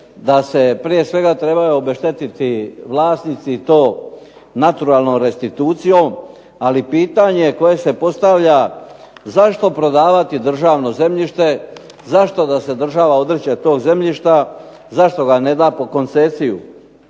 da se prije svega trebaju obeštetiti vlasnici i to naturalnom restitucijom ali pitanje koje se postavlja zašto prodavati državno zemljište, zašto da se država odriče tog zemljišta, zašto ga neda pod koncesiju.